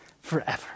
forever